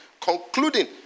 concluding